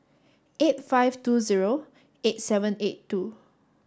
eight five two zero eight seven eight two